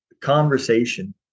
conversation